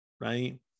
right